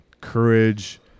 courage